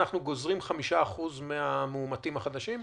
אנחנו גוזרים 5% מהמאומתים החדשים?